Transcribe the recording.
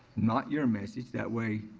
not your message. that way,